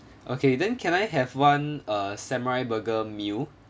okay then can I have one err samurai burger meal